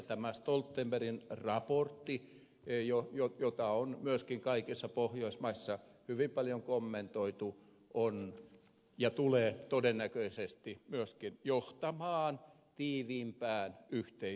tämä stoltenbergin raportti jota on myöskin kaikissa pohjoismaissa hyvin paljon kommentoitu tulee todennäköisesti myöskin johtamaan tiiviimpään yhteistyöhön